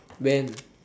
when